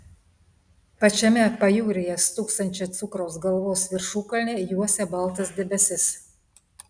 pačiame pajūryje stūksančią cukraus galvos viršukalnę juosia baltas debesis